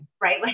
right